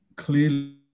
clearly